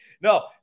No